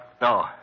No